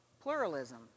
pluralism